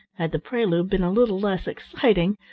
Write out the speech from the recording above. had the prelude been a little less exciting,